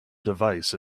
device